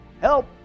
Help